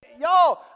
y'all